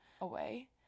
away